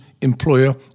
employer